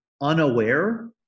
unaware